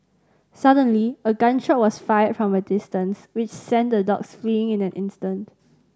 suddenly a gun shot was fired from a distance which sent the dogs fleeing in an instant